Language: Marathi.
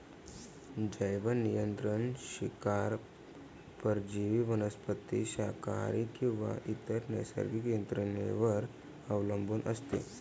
जैवनियंत्रण शिकार परजीवी वनस्पती शाकाहारी किंवा इतर नैसर्गिक यंत्रणेवर अवलंबून असते